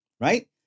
right